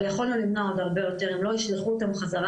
אבל יכולנו למנוע הרבה יותר אם לא ישלחו אותם חזרה